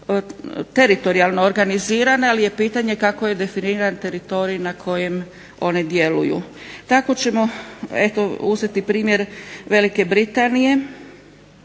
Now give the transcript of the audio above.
teritorijalno organizirane, ali je pitanje kako je definiran teritorij na kojem one djeluju. Tako ćemo eto uzeti primjer Velike Britanije